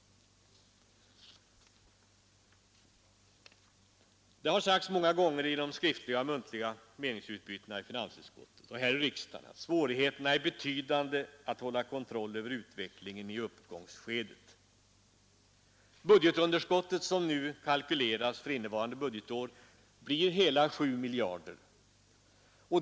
Det har sagts många gånger i de skriftliga och muntliga meningsutbytena i finansutskottet och här i riksdagen att svårigheterna är betydande att hålla kontroll över utvecklingen i uppgångsskedet. Budgetunderskottet som nu kalkylerats för innevarande budgetår blir hela 7 miljarder.